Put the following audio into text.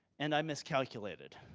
and i miscalculated.